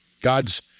God's